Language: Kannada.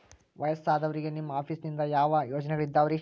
ವಯಸ್ಸಾದವರಿಗೆ ನಿಮ್ಮ ಆಫೇಸ್ ನಿಂದ ಯಾವ ಯೋಜನೆಗಳಿದಾವ್ರಿ?